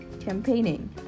campaigning